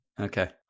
Okay